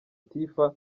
tiffah